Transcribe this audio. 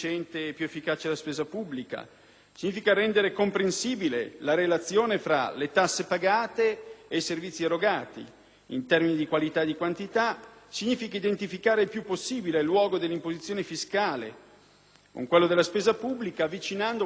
significa rendere comprensibile la relazione fra le tasse pagate e i servizi erogati in termini di qualità e quantità; significa identificare il più possibile il luogo dell'imposizione fiscale con quello della spesa pubblica, avvicinando il più possibile questo